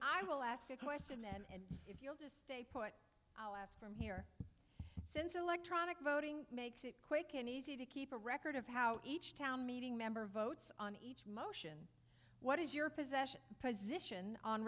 i will ask a question and stay put last from here since electronic voting makes it quick and easy to keep a record of how each town meeting member votes on each motion what is your possession position on